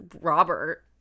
Robert